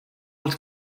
els